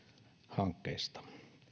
hankkeista